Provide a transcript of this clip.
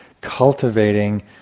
cultivating